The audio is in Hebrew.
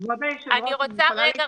כבוד היושבת ראש --- חברים,